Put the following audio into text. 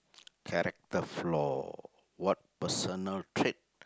character flaw what personal trait